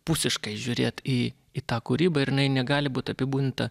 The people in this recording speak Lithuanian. pusiškai žiūrėt į tą kūrybą ir jinai negali būt apibūdinta